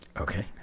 Okay